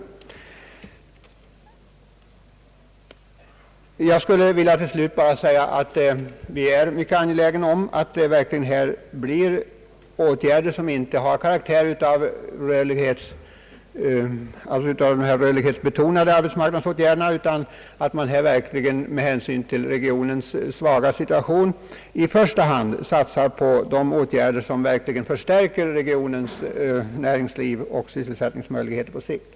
Till slut skulle jag bara vilja säga, att vi är mycket angelägna om att man vidtar åtgärder som inte har karaktären av rörlighetsbetonade arbetsmarknadsåtgärder utan att man med hänsyn till regionens svaga situation i första hand satsar på åtgärder, som verkligen förstärker regionens näringsliv och sysselsättningsmöjligheter på sikt.